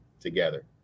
together